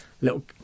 little